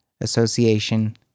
association